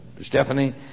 Stephanie